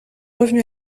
revenu